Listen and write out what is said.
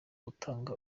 gutanga